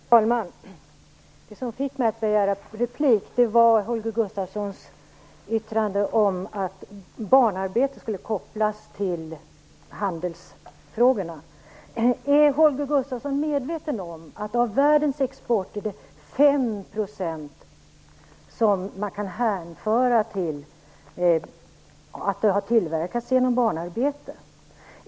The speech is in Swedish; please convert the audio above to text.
Herr talman! Det som fick mig att begära replik var Holger Gustafssons yttrande om att barnarbete skulle kopplas till handelsfrågorna. Är Holger Gustafsson medveten om att av världens export är det 5 % som kan hänföras till tillverkning genom barnarbete?